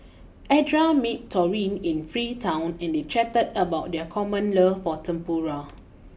Edra met Taurean in Freetown and they chatted about their common love for Tempura